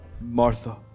Martha